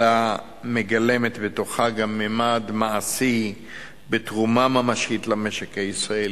אלא היא מגלמת בתוכה גם ממד מעשי ותרומה ממשית למשק הישראלי.